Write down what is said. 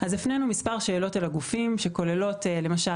הפנינו מספר שאלות אל הגופים שכוללות למשל